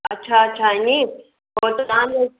अच्छा अच्छा इएं पोइ त तव्हांजो